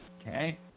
okay